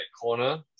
corner